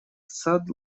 сад